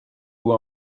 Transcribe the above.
vous